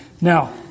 Now